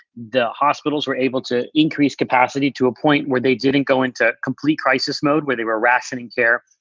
the hospitals were able to increase capacity to a point where they didn't go into complete crisis mode, where they were rationing care.